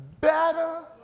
better